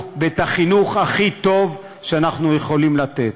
ואת החינוך הכי טוב שאנחנו יכולים לתת.